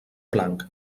blanc